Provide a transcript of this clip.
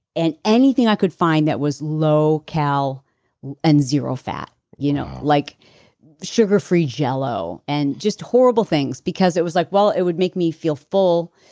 and anything i could find that was low cal and zero fat. you know like sugar free jello, and just horrible things. because it was like, well it would make me feel full.